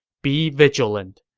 be vigilant!